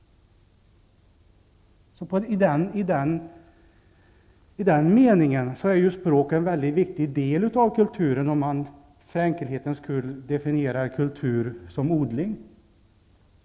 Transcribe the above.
I den meningen är språk en viktig del av kulturen, om man för enkelhetens skull definierar kultur som odling.